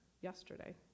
Yesterday